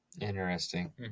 interesting